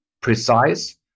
precise